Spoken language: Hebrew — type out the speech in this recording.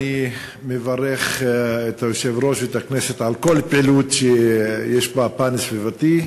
אני מברך את היושב-ראש ואת הכנסת על כל פעילות שיש בה פן סביבתי.